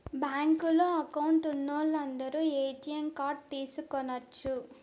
బ్యాంకులో అకౌంట్ ఉన్నోలందరు ATM card తీసుకొనచ్చు